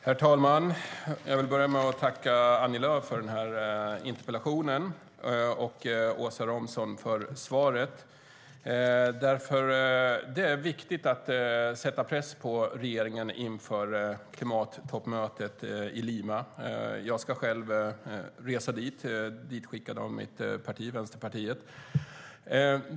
Herr talman! Jag vill börja med att tacka Annie Lööf för interpellationen och Åsa Romson för svaret. Det är viktigt att sätta press på regeringen inför klimattoppmötet i Lima. Jag ska själv resa dit, ditskickad av mitt parti, Vänsterpartiet.